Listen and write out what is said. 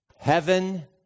Heaven